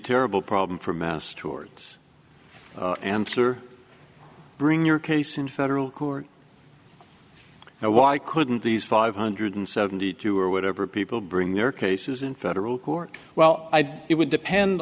terrible problem for mass towards answer bring your case in federal court now why couldn't these five hundred and seventy two or whatever people bring their cases in federal court well it would depend